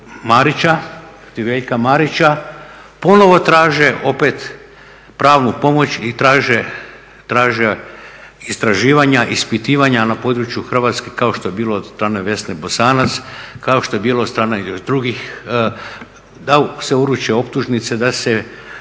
Marića, protiv Veljka Marića ponovno traže opet pravnu pomoć i traže istraživanja, ispitivanja na području Hrvatske kao što je bilo od strane Vesne Bosanac, kao što je bilo od strane drugih da se uruče optužnice, da se